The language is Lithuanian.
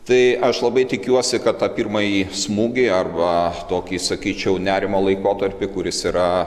tai aš labai tikiuosi kad tą pirmąjį smūgį arba tokį sakyčiau nerimo laikotarpį kuris yra